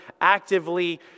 actively